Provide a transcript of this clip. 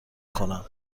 کنم